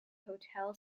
hotel